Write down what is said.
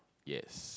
yes